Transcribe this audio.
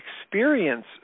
experience